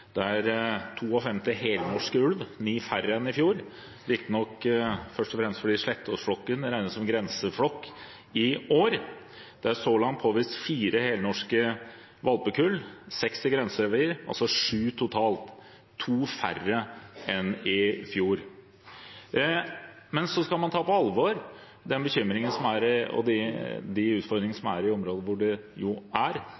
Det er 52 helnorske ulver – ni færre enn i fjor, riktignok først og fremst fordi Slettås-flokken regnes som grenseflokk i år. Det er så langt påvist fire helnorske valpekull, seks i grenserevir, altså sju totalt – to færre enn i fjor. Så skal man ta på alvor den bekymringen og de utfordringene som er i områder hvor det er ulv og etablerte ulveflokker. Det er